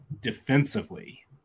defensively